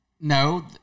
No